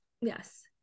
yes